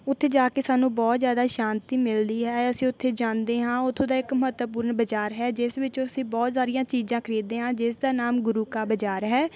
ਉੱਥੇ ਜਾ ਕੇ ਸਾਨੂੰ ਬਹੁਤ ਜ਼ਿਆਦਾ ਸ਼ਾਂਤੀ ਮਿਲਦੀ ਹੈ ਅਸੀਂ ਉੱਥੇ ਜਾਂਦੇ ਹਾਂ ਉੱਥੋਂ ਦਾ ਇੱਕ ਮਹੱਤਵਪੂਰਨ ਬਜ਼ਾਰ ਹੈ ਜਿਸ ਵਿੱਚ ਅਸੀਂ ਬਹੁਤ ਸਾਰੀਆਂ ਚੀਜ਼ਾਂ ਖਰੀਦਦੇ ਹਾਂ ਜਿਸ ਦਾ ਨਾਮ ਗੁਰੂ ਕਾ ਬਜ਼ਾਰ ਹੈ